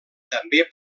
també